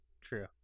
True